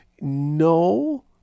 No